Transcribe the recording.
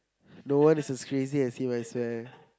no one is as crazy as you I swear